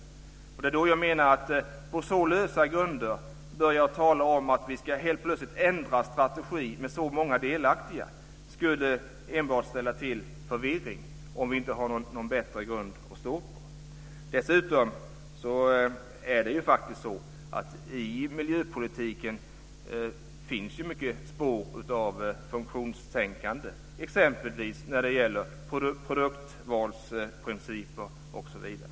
Att man då på så lösa grunder börjar tala om att vi helt plötsligt med så många delaktiga ska ändra strategi skulle enbart ställa till förvirring, om vi inte har någon bättre grund att stå på. Dessutom finns det ju i miljöpolitiken många spår av funktionstänkande, exempelvis när det gäller produktvalsprinciper osv.